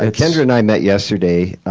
ah kendra and i met yesterday, i